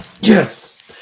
Yes